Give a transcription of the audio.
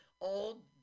old